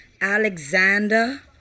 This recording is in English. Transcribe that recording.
Alexander